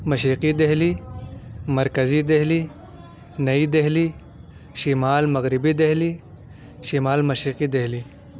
مشرقی دہلی مرکزی دہلی نئی دہلی شمال مغربی دہلی شمال مشرقی دہلی